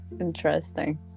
interesting